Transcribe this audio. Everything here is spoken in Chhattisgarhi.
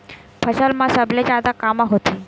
फसल मा सबले जादा कामा होथे?